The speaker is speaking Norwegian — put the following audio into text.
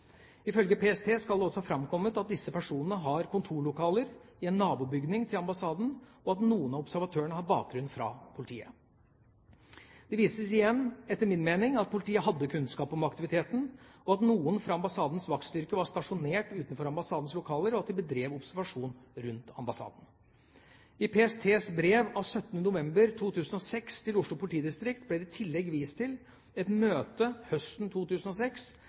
Ifølge PST skal det også ha framkommet at disse personene har kontorlokaler i en nabobygning til ambassaden, og at noen av observatørene har bakgrunn fra politiet. Det viser igjen, etter min mening, at politiet hadde kunnskap om aktiviteten, at noen fra ambassadens vaktstyrke var stasjonert utenfor ambassadens lokaler, og at de bedrev observasjon rundt ambassaden. I PSTs brev av 17. november 2006 til Oslo politidistrikt ble det i tillegg vist til et møte høsten 2006